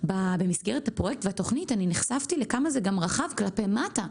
במסגרת הפרויקט והתוכנית נחשפתי כמה זה גם רחב כלפי מטה.